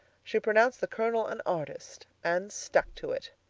she pronounced the colonel an artist, and stuck to it.